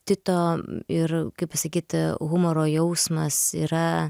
tito ir kaip pasakyti humoro jausmas yra